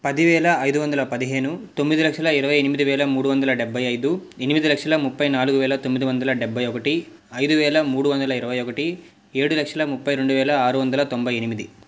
పదివేల ఐదు వందల పదిహేను తొమ్మిది లక్షల ఇరవై ఎనిమిది వేల మూడు వందల డెబ్బై ఐదు ఎనిమిది లక్షల ముప్పై నాలుగు వేల తొమ్మిది వందల డెబ్బై ఒకటి ఐదు వేల మూడు వందల ఇరవై ఒకటి ఏడు లక్షల ముప్పై రెండు వేల ఆరు వందల తొంభై ఎనిమిది